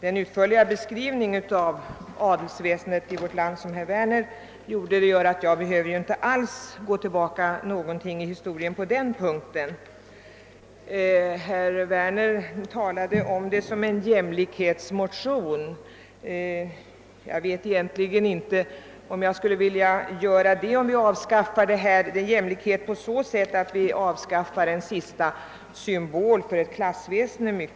Den utförliga beskrivningen av adelsväsendet i vårt land, som herr Werner gav, gör att jag för min del inte alls behöver gå tillbaka i historien på den punkten. Herr Werner sade att motionerna skulle avse ett jämlikhetsärende men är det ett jämlikhetsproblem egentligen? Möjligen är det fråga om jämlikhet på så sätt att vi önskar avskaffa en sista symbol för ett klassväsende.